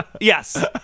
Yes